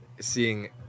seeing